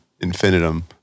infinitum